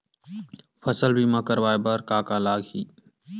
फसल बीमा करवाय बर का का लगही?